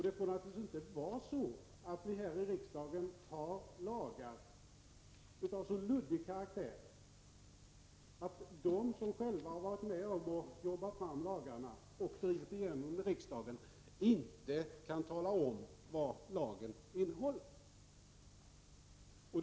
Det får naturligtvis inte vara så att riksdagen genomför lagar av så luddig karaktär att de som själva varit med om att arbeta fram och driva igenom dem i riksdagen inte kan tala om vad lagen innehåller.